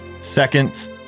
Second